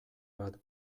bat